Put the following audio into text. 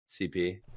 cp